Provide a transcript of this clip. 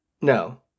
No